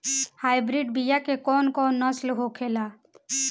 Hybrid बीया के कौन कौन नस्ल होखेला?